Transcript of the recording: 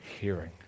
hearing